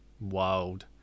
wild